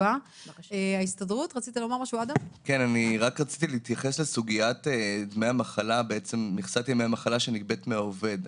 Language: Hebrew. רציתי להתייחס למכסת ימי המחלה שנגבית מהעובד.